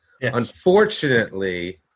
Unfortunately –